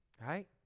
Right